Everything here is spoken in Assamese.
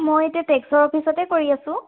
মই এতিয়া টেক্সৰ অফিচতে কৰি আছোঁ